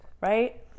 Right